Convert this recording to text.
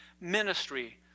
ministry